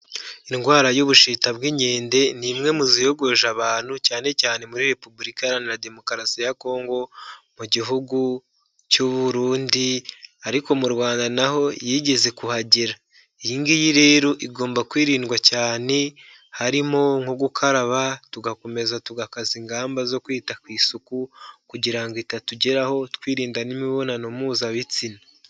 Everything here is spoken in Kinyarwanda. Indwara y'ubushita bw'inkende ni imwe mu ziyogoje abantu cyane cyane muri repubulika iharanira demokarasi ya Congo, mu gihugu cy'u Burundi ariko mu rwanda naho yigeze kuhagera. Iyi ngiyi rero igomba kwirindwa cyane harimo nko gukaraba tugakomeza tugakaza ingamba zo kwita ku isuku kugira ngo itatugeraho, twirinda n'imibonano mpuzabitsina.